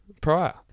prior